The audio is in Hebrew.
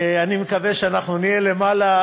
אני מקווה שאנחנו נהיה למעלה,